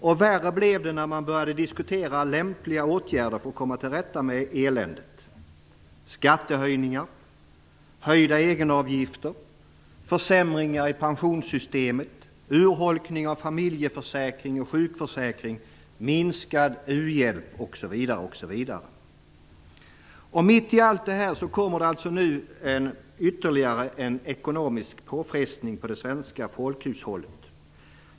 Och värre blev det när man började att diskutera lämpliga åtgärder för att komma till rätta med eländet: skattehöjningar, höjda egenavgifter, försämringar i pensionssystemet, urholkning av familjeförsäkring och sjukförsäkring, minskad u-hjälp osv. Och mitt i allt detta kommer det alltså nu ytterligare en ekonomisk påfrestning på det svenska folkhushållet.